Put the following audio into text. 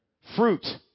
Fruit